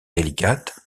délicate